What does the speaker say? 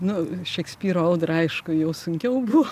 nu šekspyro audrą aišku jau sunkiau buvo